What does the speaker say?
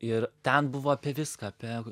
ir ten buvo apie viską apie